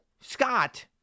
Scott